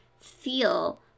feel